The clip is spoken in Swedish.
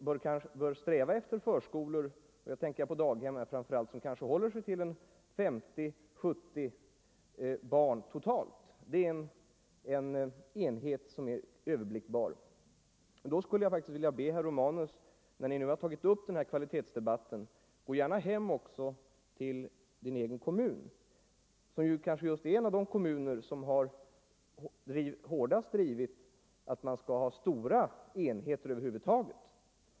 Vi bör sträva efter förskolor — jag tänker här framför allt på daghem — som håller sig till en storlek av 50-70 barn totalt, en enhet som är överblickbar. Jag skulle faktiskt vilja be herr Romanus, som har tagit upp den här 93 skendebatten, att vända sig till sin egen kommun som är en av de kommuner som hårdast har drivit linjen att man över huvud taget skall ha stora enheter.